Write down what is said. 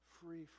free